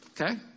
Okay